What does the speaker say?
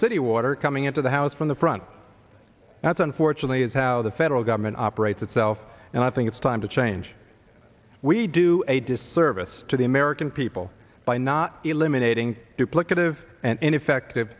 city water coming into the house from the front that's unfortunately is how the federal government operates itself and i think it's time to change we do a disservice to the american people by not eliminating duplicative and effective